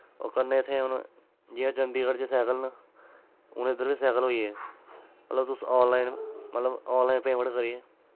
और कन्नै इत्थैं हून जियां चंडीगढ़ च साईकल न हून इद्धर बी सैकल होईये मतलव तुस आनलाईन पेमैंट करियै